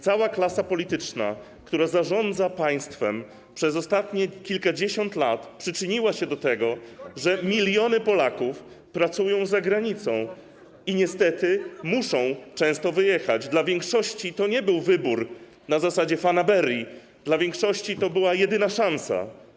Cała klasa polityczna, która zarządza państwem przez ostatnie kilkadziesiąt lat, przyczyniła się do tego, że miliony Polaków pracują za granicą i niestety często muszą wyjechać - dla większości to nie był wybór na zasadzie fanaberii, dla większości to była jedyna szansa.